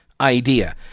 idea